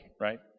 right